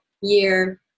year